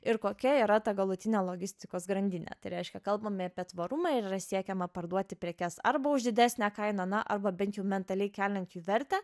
ir kokia yra ta galutinė logistikos grandinė tai reiškia kalbame apie tvarumą ir yra siekiama parduoti prekes arba už didesnę kainą na arba bent jau mentaliai keliant jų vertę